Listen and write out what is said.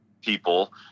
people